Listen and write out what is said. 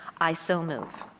i so move.